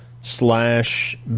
slash